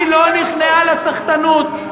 היא לא נכנעה לסחטנות,